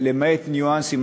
למעט ניואנסים,